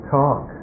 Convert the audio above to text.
talk